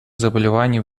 заболеваний